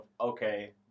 okay